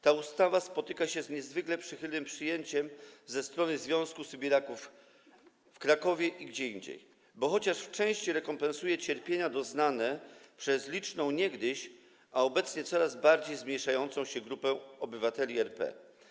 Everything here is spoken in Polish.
Ta ustawa spotyka się z niezwykle przychylnym przyjęciem ze strony Związku Sybiraków w Krakowie i gdzie indziej, bo chociaż w części rekompensuje cierpienia doznane przez liczną niegdyś, a obecnie coraz bardziej zmniejszającą się grupę obywateli RP.